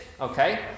okay